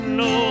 no